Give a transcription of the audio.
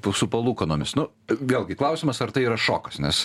su palūkanomis nu vėlgi klausimas ar tai yra šokas nes